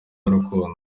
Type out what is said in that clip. n’urukundo